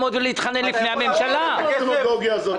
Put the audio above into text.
אמנם אנחנו לא שולטים בכל גידול תקציבי באחד מהגופים האלה,